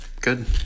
Good